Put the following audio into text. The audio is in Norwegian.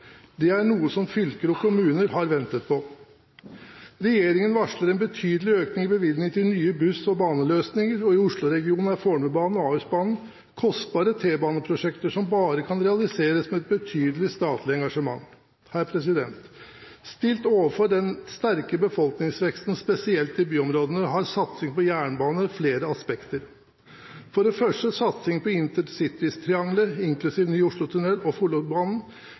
Det er noe som fylker og kommuner har ventet på. Regjeringen varsler en betydelig økning i bevilgningene til nye buss- og baneløsninger. I Oslo-regionen er Fornebu-banen og Ahus-banen kostbare t-baneprosjekter som bare kan realiseres ved et betydelig statlig engasjement. Stilt overfor den sterke befolkningsveksten, spesielt i byområdene, har satsing på jernbane flere aspekter. For det første: Satsing på intercitytriangelet, inklusiv ny Oslo-tunnel og